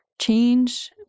change